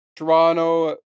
Toronto